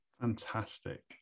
Fantastic